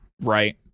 right